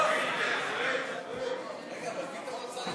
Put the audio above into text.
תודה